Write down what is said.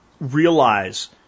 realize